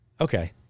Okay